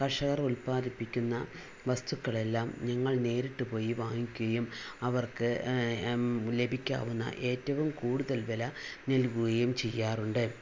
കര്ഷകര് ഉത്പാദിപ്പിക്കുന്ന വസ്തുക്കളെല്ലാം ഞങ്ങള് നേരിട്ട് പോയി വാങ്ങിക്കുകയും അവര്ക്ക് ലഭിക്കാവുന്ന ഏറ്റവും കൂടുതല് വില നല്കുകയും ചെയ്യാറുണ്ട്